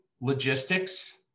logistics